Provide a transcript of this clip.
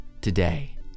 today